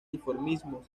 dimorfismo